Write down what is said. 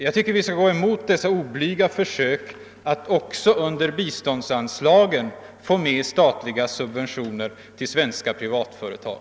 Jag tycker att vi bör gå emot detta oblyga försök att också under biståndsanslagen få in statliga subventioner till svenska privatföretag.